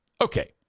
Okay